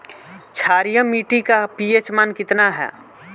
क्षारीय मीट्टी का पी.एच मान कितना ह?